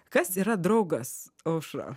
kas yra draugas aušra